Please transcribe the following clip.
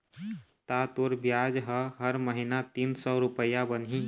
ता तोर बियाज ह हर महिना तीन सौ रुपया बनही